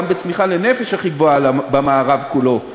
גם בצמיחה לנפש הכי גבוהה במערב כולו,